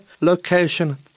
location